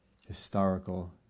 historical